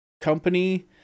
company